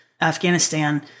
Afghanistan